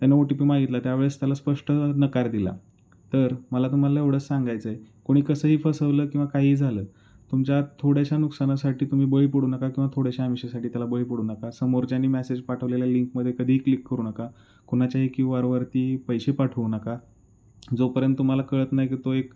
त्यानं O T P मागितला त्यावेळेस त्याला स्पष्ट नकार दिला तर मला तुम्हाला एवढंच सांगायचं आहे कोणी कसंही फसवलं किंवा काही झालं तुमच्या थोड्याशा नुकसानासाठी तुम्ही बळी पडू नका किंवा थोड्याशा आमिशासाठी त्याला बळी पडू नका समोरच्याने मॅसेज पाठवलेल्या लिंकमध्ये कधी क्लिक करू नका कुणाच्याही क्यू आरवरती पैसे पाठवू नका जोपर्यंत तुम्हाला कळत नाही की तो एक